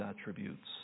attributes